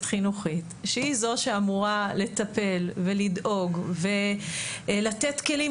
חינוכית שהיא זו שאמורה לטפל ולדאוג ולתת כלים,